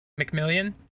McMillian